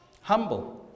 Humble